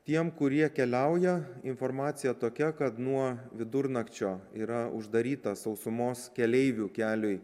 tiem kurie keliauja informacija tokia kad nuo vidurnakčio yra uždarytas sausumos keleivių keliui